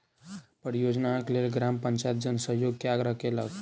परियोजनाक लेल ग्राम पंचायत जन सहयोग के आग्रह केलकै